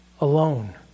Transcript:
alone